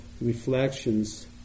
reflections